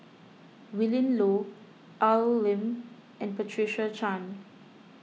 Willin Low Al Lim and Patricia Chan